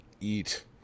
eat